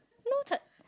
noted